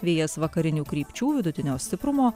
vėjas vakarinių krypčių vidutinio stiprumo